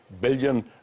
billion